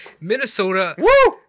Minnesota